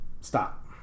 Stop